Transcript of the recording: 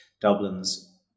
Dublin's